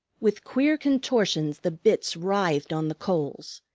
with queer contortions the bits writhed on the coals,